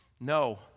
No